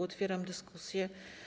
Otwieram dyskusję.